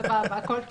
סבבה, הכול טוב.